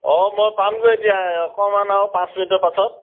অঁ মই পামগৈ এতিয়া অকণমান আৰু পাঁচ মিনিটৰ পাছত